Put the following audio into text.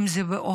אם זה באוכל,